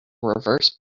reverse